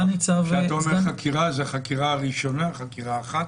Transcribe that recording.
כשאתה אומר חקירה, זה חקירה ראשונה, חקירה אחת?